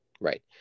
right